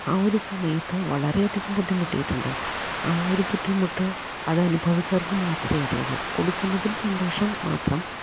ആ ഒരു സമയത്ത് വളരെ അധികം ബുദ്ധിമുട്ടിയിട്ടുണ്ട് ആ ഒരു ബുദ്ധിമുട്ട് അത് അനുഭവിച്ചവർക് മാത്രമേ അറിയുള്ളു കൊടുക്കുന്നതിൽ സന്തോഷം മാത്രം